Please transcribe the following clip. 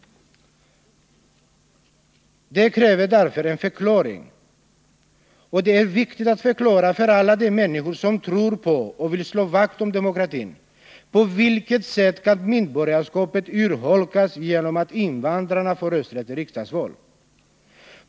De kräver därför en förklaring. Och det är viktigt att förklara för alla de människor som tror på och vill slå vakt om demokratin: På vilket sätt kan medborgarskapet urholkas genom att invandrarna får rösträtt i riksdagsval?